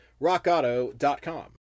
rockauto.com